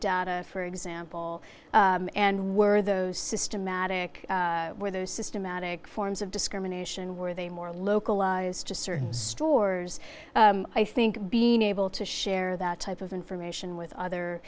data for example and were those systematic where those systematic forms of discrimination were they more localized to certain stores i think being able to share that type of information with other